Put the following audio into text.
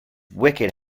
wicked